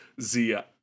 Zia